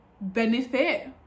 benefit